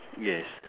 yes